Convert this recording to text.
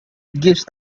gifts